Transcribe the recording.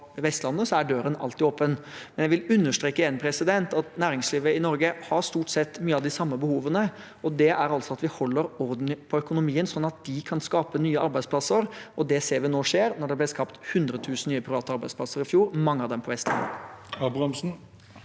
på Vestlandet, er døren alltid åpen. Jeg vil understreke igjen at næringslivet i Norge stort sett har mye av de samme behovene, og det er at vi holder orden på økonomien sånn at de kan skape nye arbeidsplasser. Det ser vi nå skjer, da det ble skapt hundre tusen nye private arbeidsplasser i fjor – mange av dem på Vestlandet.